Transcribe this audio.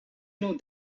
know